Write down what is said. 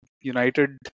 United